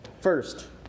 First